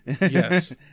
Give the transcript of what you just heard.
yes